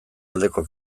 aldeko